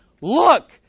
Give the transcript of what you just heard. look